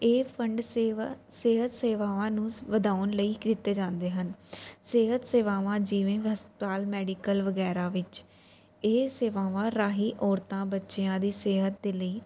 ਇਹ ਫੰਡ ਸੇਵਾ ਸਿਹਤ ਸੇਵਾਵਾਂ ਨੂੰ ਵਧਾਉਣ ਲਈ ਕੀਤੇ ਜਾਂਦੇ ਹਨ ਸਿਹਤ ਸੇਵਾਵਾਂ ਜਿਵੇਂ ਹਸਪਤਾਲ ਮੈਡੀਕਲ ਵਗੈਰਾ ਵਿੱਚ ਇਹ ਸੇਵਾਵਾਂ ਰਾਹੀਂ ਔਰਤਾਂ ਬੱਚਿਆਂ ਦੀ ਸਿਹਤ ਦੇ ਲਈ